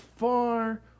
Far